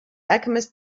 alchemist